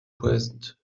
present